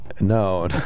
No